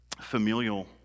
familial